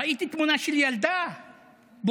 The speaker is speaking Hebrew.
ראיתי תמונה של ילדה בוכייה.